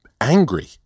angry